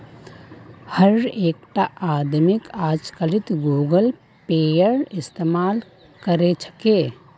हर एकटा आदमीक अजकालित गूगल पेएर इस्तमाल कर छेक